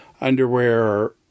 underwear